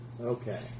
Okay